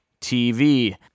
TV